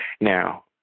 Now